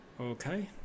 Okay